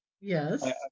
Yes